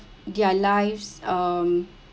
their lives um